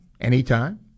anytime